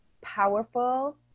powerful